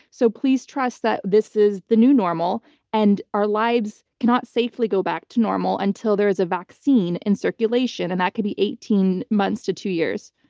so please trust that this is the new normal and our lives cannot safely go back to normal until there is a vaccine in circulation and that could be eighteen months to two years.